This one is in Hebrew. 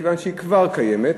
מכיוון שהיא כבר קיימת.